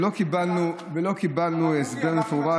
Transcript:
ולא קיבלנו הסבר מפורט,